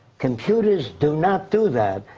computers do not do that.